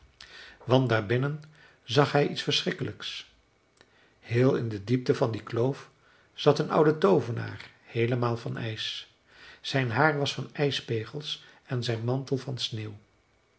want daar binnen zag hij iets verschrikkelijks heel in de diepte van die kloof zat een oude toovenaar heelemaal van ijs zijn haar was van ijspegels en zijn mantel van sneeuw